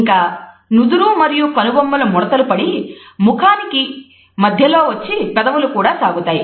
ఇంకా నుదురు మరియు కనుబొమ్మలు ముడతలు పడి ముఖానికి మధ్యలోకి వచ్చి పెదవులు కూడా సాగుతాయి